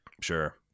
Sure